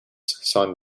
san